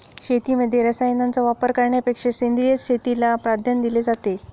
शेतीमध्ये रसायनांचा वापर करण्यापेक्षा सेंद्रिय शेतीला प्राधान्य दिले जाते